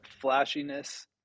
flashiness